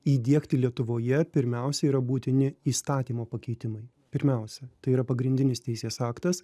įdiegti lietuvoje pirmiausia yra būtini įstatymo pakeitimai pirmiausia tai yra pagrindinis teisės aktas